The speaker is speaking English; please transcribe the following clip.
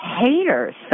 Haters